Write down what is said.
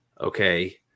Okay